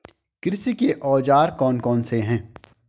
कृषि के औजार कौन कौन से हैं?